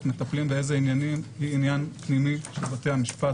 מטפלים באילו עניינים היא זה עניין פנימי של בתי המשפט.